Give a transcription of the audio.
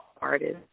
artists